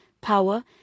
power